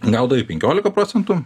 gaudavai penkiolika procentų